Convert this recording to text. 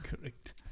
Correct